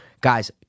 guys